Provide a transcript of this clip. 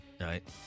right